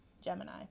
Gemini